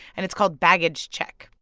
and it's called baggage check.